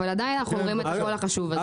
ועדיין אנחנו אומרים את הקול החשוב הזה.